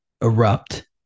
erupt